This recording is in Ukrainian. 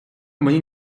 мені